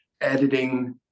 Editing